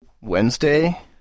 Wednesday